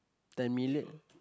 ten million